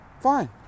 fine